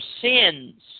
sins